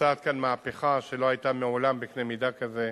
מתבצעת כאן מהפכה שלא היתה מעולם בקנה-מידה כזה,